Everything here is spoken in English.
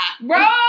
Bro